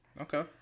Okay